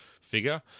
figure